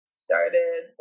started